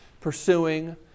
pursuing